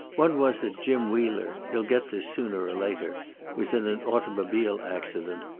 one was that jim wheeler you'll get this sooner or later was in an automobile accident,